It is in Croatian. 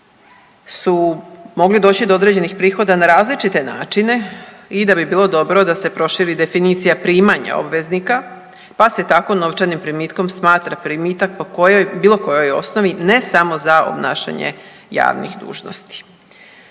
su mogli doći do određenih prihoda na različite načine i da bi bilo dobro da se proširi definicija primanja obveznika, pa se tako novčanim primitkom smatra primitak po bilo kojoj osnovi ne samo za obnašanje javnih dužnosti.